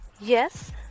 Yes